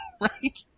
Right